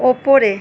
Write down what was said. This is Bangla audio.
ওপরে